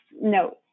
notes